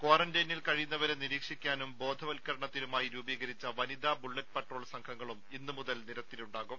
ക്വാറന്റൈനിൽ കഴിയുന്നവരെ നിരീക്ഷിക്കാനും ബോധവൽക്കരണത്തിനുമായി രൂപീകരിച്ച വനിതാ ബുള്ളറ്റ് പട്രോൾ സംഘങ്ങളും ഇന്നുമുതൽ നിരത്തിലുണ്ടാകും